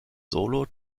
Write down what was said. solo